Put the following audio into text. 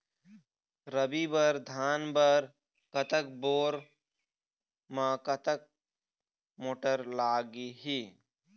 रबी बर धान बर कतक बोर म कतक मोटर लागिही?